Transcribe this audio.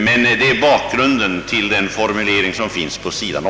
Det är emellertid bakgrunden till formuleringen på sid. 8 i utlåtandet.